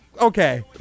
Okay